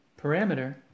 parameter